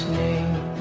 name